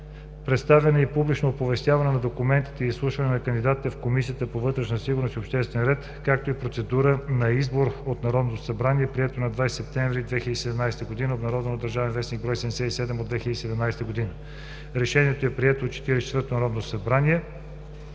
представяне и публично оповестяване на документите и изслушването на кандидатите в Комисията по вътрешна сигурност и обществен ред, както и процедурата за избор от Народното събрание, прието на 20 септември 2017 г. (Обн., ДВ, бр. 77 от 2017 г.)” Решението е прието от 44-то Народно събрание